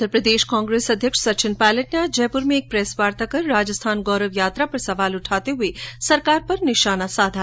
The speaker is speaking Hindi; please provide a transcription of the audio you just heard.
उधर प्रदेश कांग्रेस अध्यक्ष सचिन पायलट ने आज जयपुर में एक प्रेसवार्ता कर राजस्थान गौरव यात्रा पर सवाल उठाते हुए सरकार पर निशाना साधा